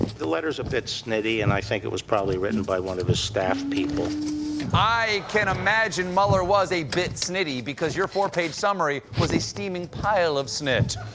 the letter is a bit snitty, and i think it was probably written by one of his staff people. stephen i can imagine mueller was a bit snitty, because your four-page summary was a steaming pile of snit.